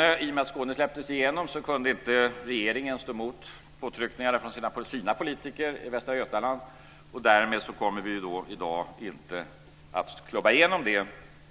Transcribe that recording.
I och med att Skåne släpptes igenom kunde regeringen inte stå emot påtryckningar från sina politiker i Västra Götaland, och därmed kommer vi i dag inte att klubba igenom det